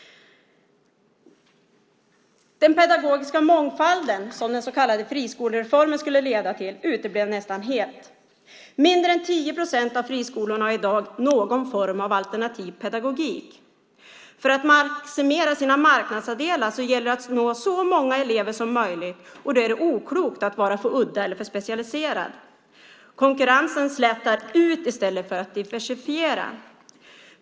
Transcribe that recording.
Den pedagogiska mångfalden som den så kallade friskolereformen skulle leda till uteblev nästan helt. Mindre än 10 procent av friskolorna har i dag någon form av alternativ pedagogik. För att maximera sina marknadsandelar gäller det att nå så många elever som möjligt, och då är det oklokt att vara för udda eller för specialiserad. Konkurrensen slätar ut i stället för att diversifiera.